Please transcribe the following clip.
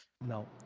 no